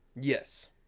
Yes